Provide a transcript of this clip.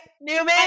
newman